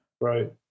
Right